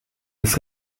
des